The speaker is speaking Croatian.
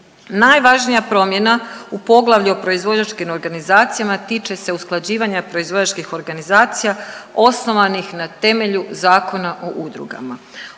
Najvažnija promjena u poglavlju o proizvođačkim organizacijama tiče se usklađivanja proizvođačkih organizacija osnovanih na temelju Zakona o udrugama.